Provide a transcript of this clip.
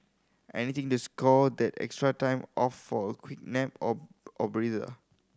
anything to score that extra time off for a quick nap or or breather